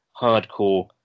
hardcore